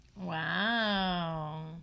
Wow